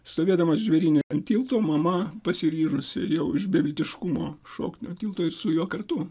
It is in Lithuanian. stovėdamas žvėryne ant tilto mama pasiryžusi jau iš beviltiškumo šokti nuo tilto ir su juo kartu